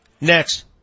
Next